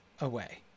away